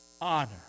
honor